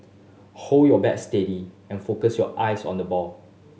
hold your bat steady and focus your eyes on the ball